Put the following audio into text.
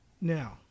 Now